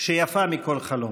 שיפה מכל חלום.